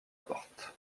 porte